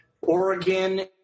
Oregon